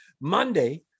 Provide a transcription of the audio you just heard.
Monday